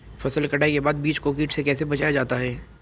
फसल कटाई के बाद बीज को कीट से कैसे बचाया जाता है?